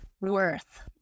Worth